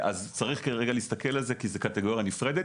צריך כרגע להסתכל על זה כי זו קטגוריה נפרדת.